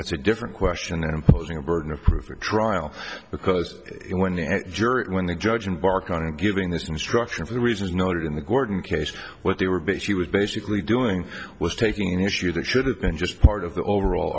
that's a different question and imposing a burden of proof at trial because when the jury when the judge and bark on and giving this instruction for the reasons noted in the gordon case what they were but she was basically doing was taking an issue that should have been just part of the overall